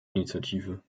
initiative